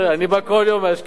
אני בא כל יום מאשקלון.